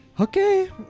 Okay